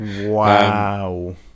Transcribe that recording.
Wow